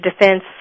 defense